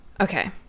Okay